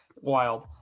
Wild